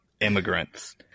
immigrants